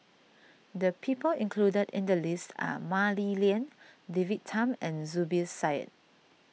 the people included in the list are Mah Li Lian David Tham and Zubir Said